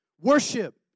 Worship